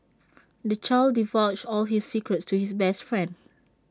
the child divulged all his secrets to his best friend